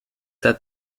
that